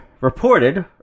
reported